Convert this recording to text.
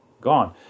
gone